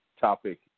topic